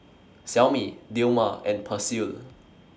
Xiaomi Dilmah and Persil